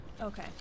Okay